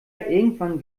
irgendwann